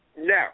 No